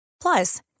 Plus